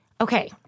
Okay